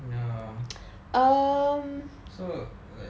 ya so like